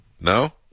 No